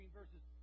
verses